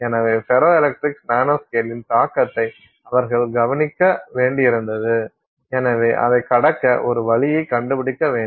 எனவே ஃபெரோ எலக்ட்ரிக்ஸில் நானோஸ்கேலின் தாக்கத்தை அவர்கள் கவனிக்க வேண்டியிருந்தது எனவே அதைக் கடக்க ஒரு வழியைக் கண்டுபிடிக்க வேண்டும்